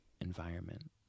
environment